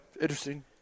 interesting